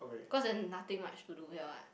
cause there's nothing much to do here [what]